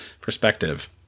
perspective